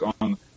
on